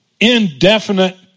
indefinite